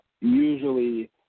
usually